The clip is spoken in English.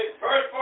First